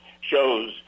shows